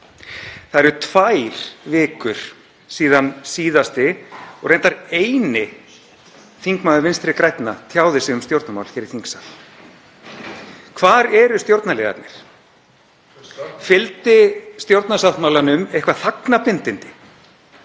Það eru tvær vikur síðan síðasti og reyndar eini þingmaður Vinstri grænna tjáði sig um stjórnarmál í þingsal. Hvar eru stjórnarliðarnir? Fylgdi stjórnarsáttmálanum eitthvert þagnarbindindi?